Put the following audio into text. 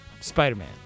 Spider-Man